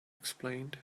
explained